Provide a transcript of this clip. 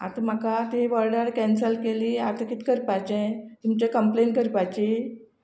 आतां म्हाका ती ऑर्डर कॅन्सल केली आतां कित करपाचे तुमचें कंप्लेन करपाची